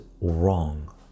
wrong